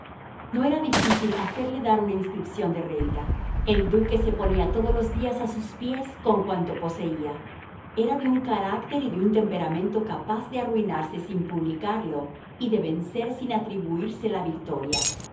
no era difícil hacerle dar una inscripción de renta el duque se ponía todos los días a sus pies con cuanto poseía era de un carácter y de un temperamento capaz de arruinarse sin publicarlo y de vencer sin atribuirse la victoria